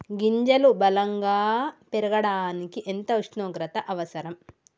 గింజలు బలం గా పెరగడానికి ఎంత ఉష్ణోగ్రత అవసరం?